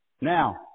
Now